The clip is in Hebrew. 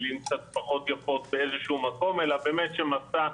אלא מסע,